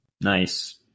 Nice